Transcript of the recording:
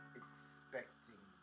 expecting